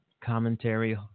commentary